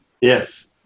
Yes